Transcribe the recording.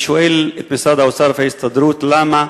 אני שואל את משרד האוצר ואת ההסתדרות: למה